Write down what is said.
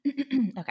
Okay